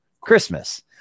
Christmas